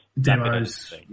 demos